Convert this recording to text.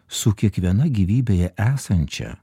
su kiekviena gyvybėje esančia